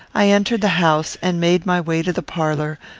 i entered the house and made my way to the parlour,